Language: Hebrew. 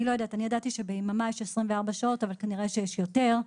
ידעתי שביממה יש 24 שעות אבל כנראה יש יותר.